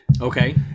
Okay